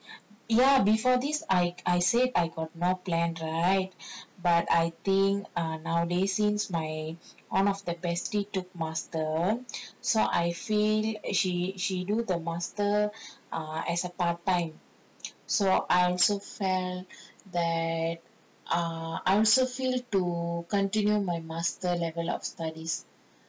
ya before this I I said I got no plan right but I think err nowadays since my one of the bestie took master so I feel she she do the master err as a part time so I also felt that err I also feel to continue my master level of studies